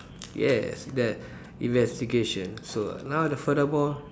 yes that investigation so now the furthermore